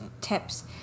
tips